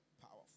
powerful